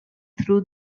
through